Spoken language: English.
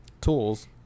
tools